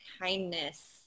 kindness